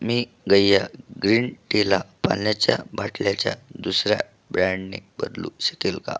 मी Gaia green टीला पाण्याच्या बाटल्याच्या दुसर्या ब्रँडने बदलू शकेल का